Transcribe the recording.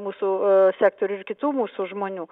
mūsų sektorių ir kitų mūsų žmonių